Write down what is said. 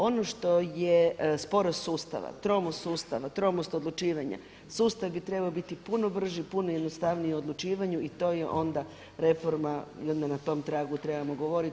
Ono što je sporost sustava, tromost sustava, tromost odlučivanja sustav bi trebao biti puno brži, puno jednostavniji u odlučivanju i to je onda reforma i onda na tom tragu trebamo govoriti.